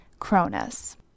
Cronus